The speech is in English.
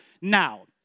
now